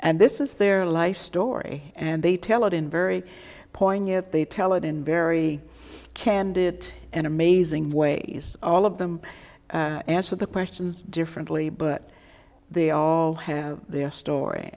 and this is their life story and they tell it in very poignant they tell it in very candid and amazing ways all of them answer the questions differently but they all have their story